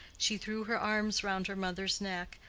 she threw her arms round her mother's neck,